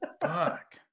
Fuck